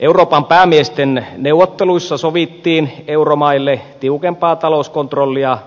euroopan päämiesten neuvotteluissa sovittiin euromaille tiukemmasta talouskontrollista